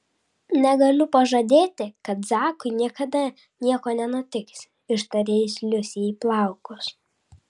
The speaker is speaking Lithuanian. negaliu pažadėti kad zakui niekada nieko nenutiks ištarė jis liusei į plaukus